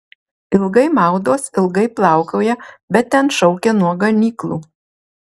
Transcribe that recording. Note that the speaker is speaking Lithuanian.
ilgai maudos ilgai plaukioja bet ten šaukia nuo ganyklų